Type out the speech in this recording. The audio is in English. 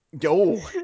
Yo